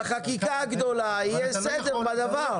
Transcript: בחקיקה הגדולה יהיה סדר בדבר הזה.